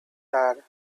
that